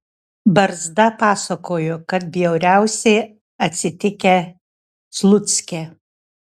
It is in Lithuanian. barzda pasakojo kad bjauriausiai atsitikę slucke